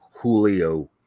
Julio